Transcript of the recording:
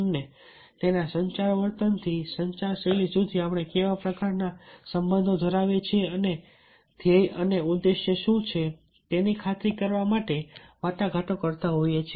તેમને તેના સંચાર વર્તનથી સંચારની શૈલી સુધી આપણે કેવા પ્રકારના સંબંધો ધરાવીએ છીએ અને ધ્યેય અને ઉદ્દેશ્ય શું છે તેની ખાતરી કરાવવા માટે વાટાઘાટો કરતા હોય છે